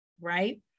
Right